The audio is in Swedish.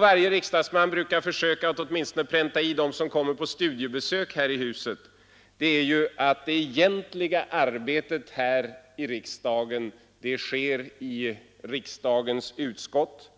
Varje riksdagsman brukar försöka att pränta i åtminstone dem som kommer på studiebesök här i huset att det egentliga arbetet i riksdagen sker i riksdagens utskott,